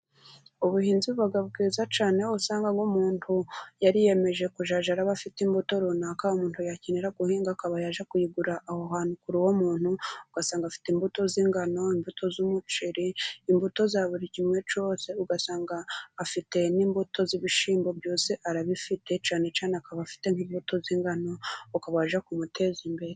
Ubuhinzi buba bwiza cyane aho usanga nk'umuntu yariyemeje kuzajya aba afite imbuto runaka, umuntu yakenera guhinga akaba yajya kuyigura aho hantu kuri uwo umuntu. Ugasanga afite imbuto z'ingano, imbuto z'umuceri, imbuto za buri kimwe cyose. Ugasanga afite n'imbuto z'ibishimbo, byose arabifite cyane cyane akaba afite nk'imbuto z'ingano, ukaba wajya kumuteza imbere.